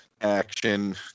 action